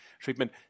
treatment